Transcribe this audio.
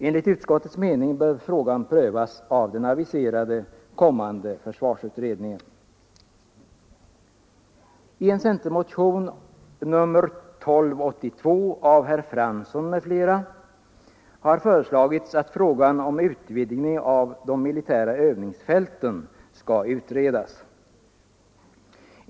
Enligt utskottets mening bör frågan prövas av den aviserade kommande försvarsutredningen. I centermotionen 1282 av herr Fransson m.fl. har föreslagits att frågan om utvidgning av de militära övningsfälten skall utredas.